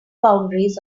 boundaries